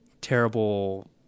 terrible